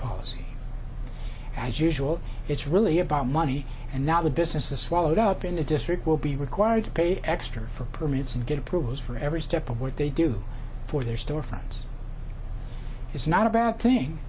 policy as usual it's really about money and not the businesses swallowed up in the district will be required to pay extra for permits and get approvals for every step of what they do for their storefront is not a bad thing